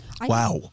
Wow